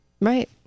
Right